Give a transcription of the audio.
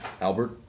Albert